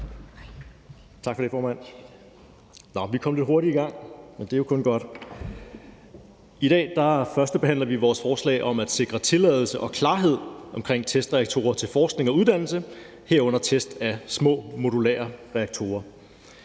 W. Frølund (LA): Tak for det, formand. I dag førstebehandler vi LA's forslag om at sikre tilladelse og klarhed omkring testreaktorer til forskning og uddannelse, herunder test af små modulære reaktorer.